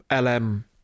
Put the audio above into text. LM